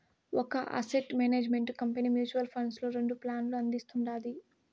ఒక asset management company mutual funds లో రెండు ప్లాన్లు అందిస్తుండాది